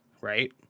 right